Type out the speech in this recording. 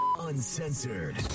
Uncensored